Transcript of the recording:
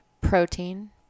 Protein